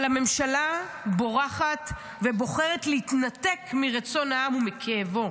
"אבל הממשלה בורחת ובוחרת להתנתק מרצון העם ומכאבו.